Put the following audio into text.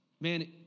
man